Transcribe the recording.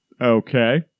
Okay